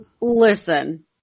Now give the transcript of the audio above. Listen